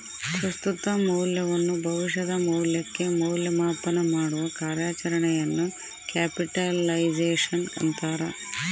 ಪ್ರಸ್ತುತ ಮೌಲ್ಯವನ್ನು ಭವಿಷ್ಯದ ಮೌಲ್ಯಕ್ಕೆ ಮೌಲ್ಯ ಮಾಪನಮಾಡುವ ಕಾರ್ಯಾಚರಣೆಯನ್ನು ಕ್ಯಾಪಿಟಲೈಸೇಶನ್ ಅಂತಾರ